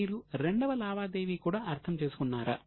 మీరు రెండవ లావాదేవీ కూడా అర్థం చేసుకుంటున్నారా